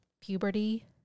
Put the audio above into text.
puberty